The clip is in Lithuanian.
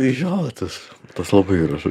jo tas tas labai gražu